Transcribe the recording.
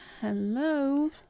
Hello